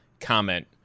comment